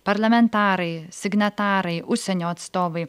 parlamentarai signatarai užsienio atstovai